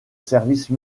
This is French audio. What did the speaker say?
service